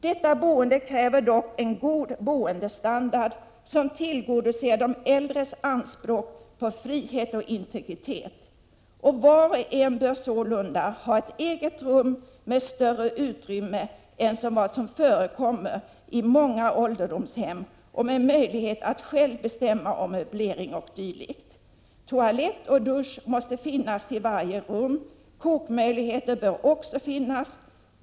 Detta boende kräver dock en god boendestandard som tillgodoser de äldres anpråk på frihet och integritet. Var och en bör sålunda ha ett eget rum med större utrymme än vad som förekommer i många ålderdomshem och med möjlighet att själv bestämma om möblering o. d. Toalett och dusch måste finnas till varje rum. Kokmöjligheter bör också finnas.